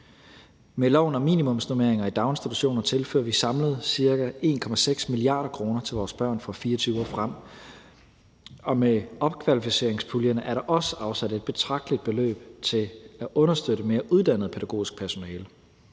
Med loven om minimumsnormeringer i daginstitutioner tilfører vi samlet ca. 1,6 mia. kr. til vores børn fra 2024 og frem. Og med opkvalificeringspuljen er der også afsat et betragteligt beløb til at understøtte mere uddannet pædagogisk personale.